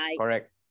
Correct